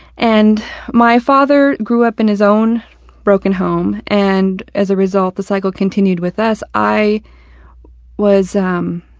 and my father grew up in his own broken home, and as a result the cycle continued with us. i was, um,